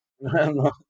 No